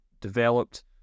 developed